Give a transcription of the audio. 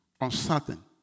Uncertain